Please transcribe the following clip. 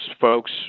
folks